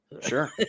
Sure